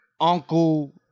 uncle